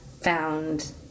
found